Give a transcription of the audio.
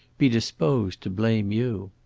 be disposed to blame you.